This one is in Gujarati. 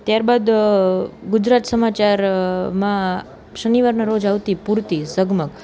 ત્યાર બાદ ગુજરાત સમાચાર માં શનિવારના રોજ આવતી પૂરતી ઝગમગ